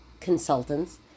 consultants